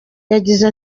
yagize